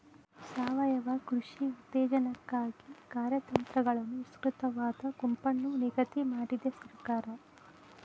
ಸಾವಯವ ಕೃಷಿ ಉತ್ತೇಜನಕ್ಕಾಗಿ ಕಾರ್ಯತಂತ್ರಗಳನ್ನು ವಿಸ್ತೃತವಾದ ಗುಂಪನ್ನು ನಿಗದಿ ಮಾಡಿದೆ ಸರ್ಕಾರ